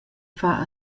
far